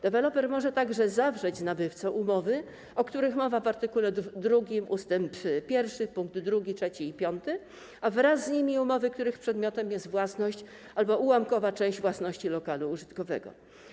Deweloper może także zawrzeć z nabywcą umowy, o których mowa w art. 2 ust. 1 pkt 2, 3 i 5, a wraz z nimi umowy, których przedmiotem jest własność albo ułamkowa część własności lokalu użytkowego.